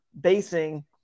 basing